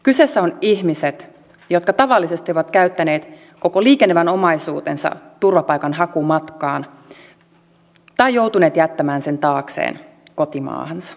kyseessä ovat ihmiset jotka tavallisesti ovat käyttäneet koko liikenevän omaisuutensa turvapaikanhakumatkaan tai joutuneet jättämään sen taakseen kotimaahansa